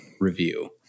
review